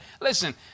Listen